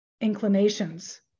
inclinations